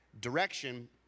Direction